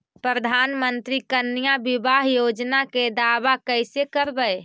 प्रधानमंत्री कन्या बिबाह योजना के दाबा कैसे करबै?